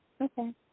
Okay